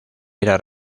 era